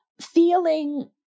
feeling